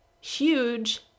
huge